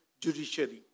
judiciary